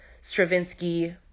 Stravinsky